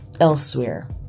elsewhere